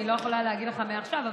אני לא יכולה להגיד לך מעכשיו,